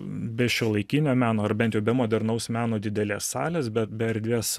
be šiuolaikinio meno ar bent jau be modernaus meno didelės salės be be erdvės